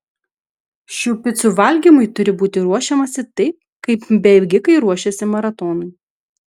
šių picų valgymui turi būti ruošiamasi taip kaip bėgikai ruošiasi maratonui